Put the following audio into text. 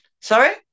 Sorry